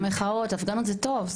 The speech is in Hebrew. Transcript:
מחאות, הפגנות זה טוב.